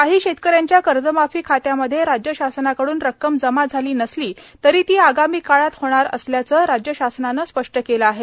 काही शेतकऱ्यांच्या कर्जमाफी खात्यामध्ये राज्य शासनाकडून रक्कम जमा झाली नसली तरी ती आगामी काळात होणार असल्याचे राज्य शासनाने स्पष्ट केले आहे